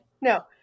No